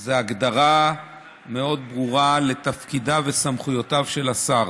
זה הגדרה מאוד ברורה של תפקידיו וסמכויותיו של השר.